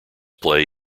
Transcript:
play